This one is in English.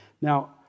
Now